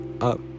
up